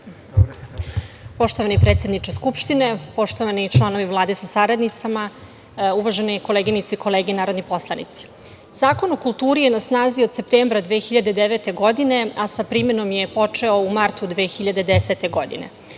Poštovani predsedniče Skupštine, poštovani članovi Vlade sa saradnicima, uvažene koleginice i kolege narodni poslanici, Zakon o kulturi je na snazi od septembra 2009. godine, a sa primenom je počeo u martu 2010. godine. Nakon